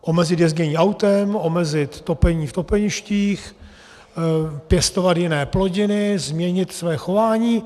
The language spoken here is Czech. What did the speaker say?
Omezit jezdění autem, omezit topení v topeništích, pěstovat jiné plodiny, změnit své chování.